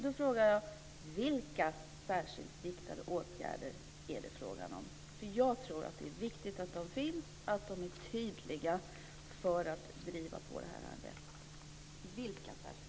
Då frågar jag: Vilka särskilt riktade åtgärder är det fråga om? Jag tror att det är viktigt att det finns sådana åtgärder och att de är tydliga för att man ska kunna driva på detta arbete.